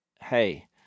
hey